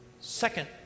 second